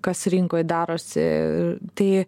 kas rinkoj darosi tai